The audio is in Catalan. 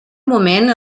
moment